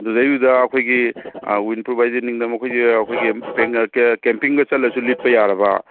ꯑꯗꯩꯗꯨꯗ ꯑꯩꯈꯣꯏꯒꯤ ꯋꯤꯟꯄ꯭ꯔꯨꯞ ꯍꯥꯏꯁꯦ ꯑꯩꯈꯣꯏꯁꯦ ꯑꯩꯈꯣꯏꯒꯤ ꯀꯦꯝꯄꯤꯡꯒ ꯆꯠꯂꯁꯨ ꯂꯤꯠꯄ ꯌꯥꯔꯕ